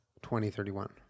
2031